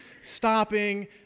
stopping